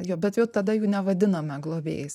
jo bet jau tada jų nevadiname globėjais